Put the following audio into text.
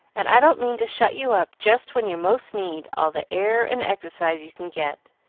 and i don't mean to shut you up just when you most need all the air and exercise you can get.